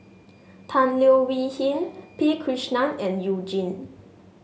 Tan Leo Wee Hin P Krishnan and You Jin